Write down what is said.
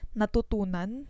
natutunan